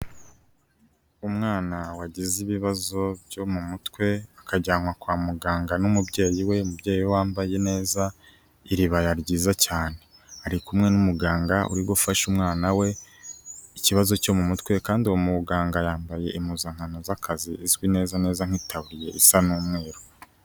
Umwana wagize ibibazo byo mu mutwe akajyanwa kwa muganga n'umubyeyi we, umubyeyi we wambaye neza iribaya ryiza cyane, ari kumwe n'umuganga uri gufasha umwana we ikibazo cyo mu mutwe kandi uwo muganga yambaye impuzankano z'akazi izwi neza neza nk'itaburiye isa n'umweru.